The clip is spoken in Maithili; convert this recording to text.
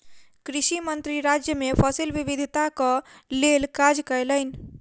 कृषि मंत्री राज्य मे फसिल विविधताक लेल काज कयलैन